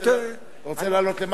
רוצה לעלות?